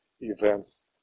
events